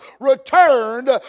returned